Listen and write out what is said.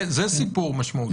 זה סיפור משמעותי.